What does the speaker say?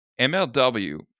MLW